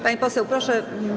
Pani poseł, proszę.